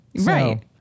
Right